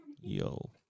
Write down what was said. Yo